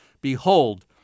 Behold